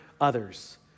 others